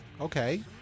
Okay